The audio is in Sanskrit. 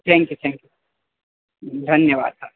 थेङ्क् यू थेङ्क् यू धन्यवादः